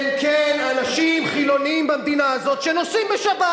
כן, כן, אנשים חילונים במדינה הזאת שנוסעים בשבת.